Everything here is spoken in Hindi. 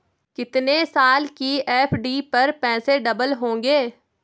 कितने साल की एफ.डी पर पैसे डबल होंगे?